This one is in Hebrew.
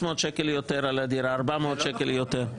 אז אני אבקש 300 ש' יותר על הדירה, 400 ש' יותר.